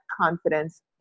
confidence